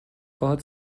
باهات